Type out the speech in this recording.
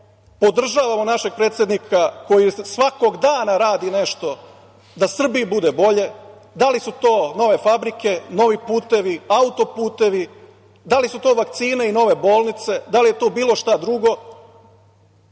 podržavamo našeg predsednika koji svakog dana radi nešto da Srbiji bude bolje, da li su to nove fabrike, novi putevi, auto-putevi, da li su to vakcine i nove bolnice, da li je to bilo šta drugo.